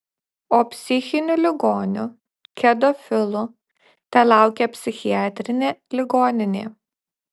o psichinių ligonių kedofilų telaukia psichiatrinė ligoninė